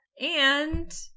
and-